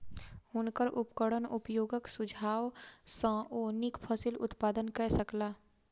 हुनकर उपकरण उपयोगक सुझाव सॅ ओ नीक फसिल उत्पादन कय सकला